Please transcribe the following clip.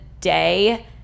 day